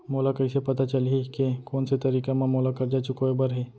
मोला कइसे पता चलही के कोन से तारीक म मोला करजा चुकोय बर हे?